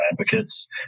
advocates